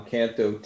Canto